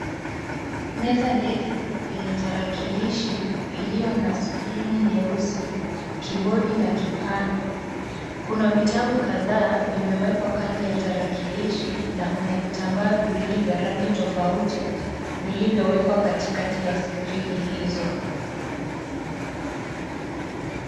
Meza ndefu yenye talakilishi iliyo na sikirini nyeusi ,kibodi na kipanya kuna vitabu kadhaa vimewekwa kando ya talakilishi na kina vitambaa viwili vya rangi tofauti vilivyo wekwa katikati ya sikirini hizo.